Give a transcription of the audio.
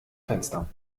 fenster